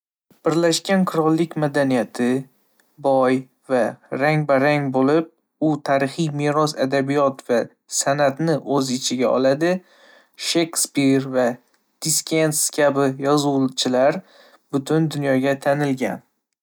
Birlashgan Qirollik madaniyati boy va rang-barang bo'lib, u tarixiy meros, adabiyot va san'atni o'z ichiga oladi. Shakspir va Dickens kabi yozuvchilar butun dunyoga tanilgan.